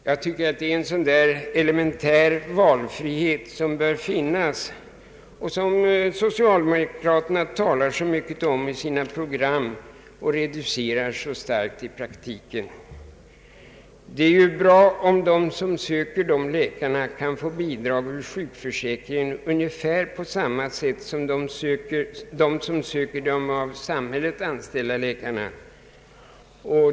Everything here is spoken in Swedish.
Jag tycker att det är en sådan elementär valfrihet som bör finnas och som socialdemokraterna talar så mycket om i sina program men reducerar så starkt i praktiken. Det är ju bra om den som söker dessa läkare kan få bidrag ur sjukförsäkringen på ungefär samma sätt som den som söker de av samhället anställda läkarna.